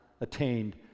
attained